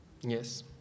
Yes